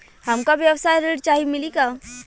हमका व्यवसाय ऋण चाही मिली का?